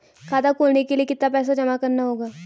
खाता खोलने के लिये कितना पैसा जमा करना होगा?